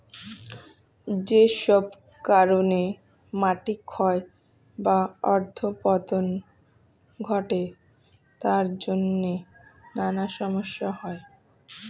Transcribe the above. যেসব কারণে মাটি ক্ষয় বা অধঃপতন ঘটে তার জন্যে নানা সমস্যা হয়